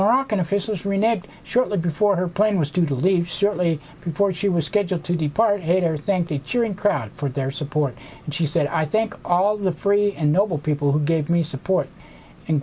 moroccan officials reneged shortly before her plane was due to leave shortly before she was scheduled to depart haider thank cheering crowd for their support and she said i think all the free and noble people who gave me support and